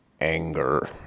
anger